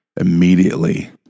immediately